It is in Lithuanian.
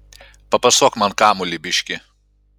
papasuok man kamuolį biškį